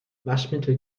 waschmittel